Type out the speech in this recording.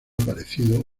parecido